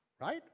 right